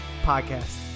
podcast